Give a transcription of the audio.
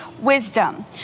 wisdom